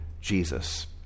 Jesus